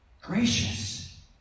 Gracious